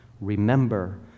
remember